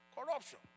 corruption